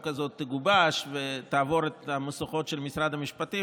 הזאת תגובש ותעבור את המשוכות של משרד המשפטים,